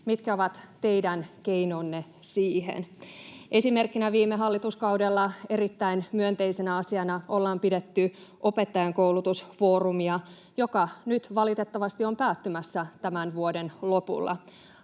Mitkä ovat teidän keinonne siihen? Esimerkkinä: viime hallituskaudella erittäin myönteisenä asiana pidettiin opettajankoulutusfoorumia, joka nyt valitettavasti on päättymässä tämän vuoden lopulla.